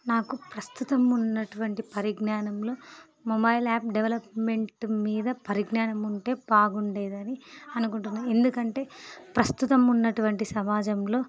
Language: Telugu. నాకు ప్రస్తుతం ఉన్నటువంటి పరిజ్ఞానంలో మొబైల్ యాప్ డెవలప్మెంట్ మీద పరిజ్ఞానం ఉంటే బాగుండేది అని అనుకుంటున్నాను ఎందుకంటే ప్రస్తుతం ఉన్నటువంటి సమాజంలో